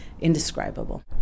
indescribable